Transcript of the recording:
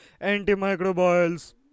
antimicrobials